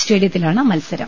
സ്റ്റേഡിയത്തിലാണ് മത്സരം